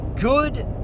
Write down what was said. good